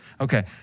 Okay